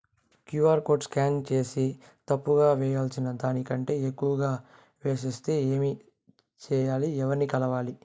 QR code scan సేసి తప్పు గా వేయాల్సిన దానికంటే ఎక్కువగా వేసెస్తే ఏమి సెయ్యాలి? ఎవర్ని కలవాలి?